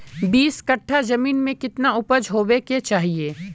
बीस कट्ठा जमीन में कितने उपज होबे के चाहिए?